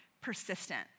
persistent